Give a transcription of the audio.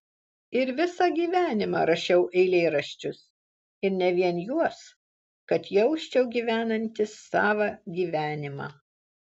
ir visą gyvenimą rašiau eilėraščius ir ne vien juos kad jausčiau gyvenantis savą gyvenimą